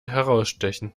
herausstechen